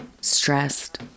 Stressed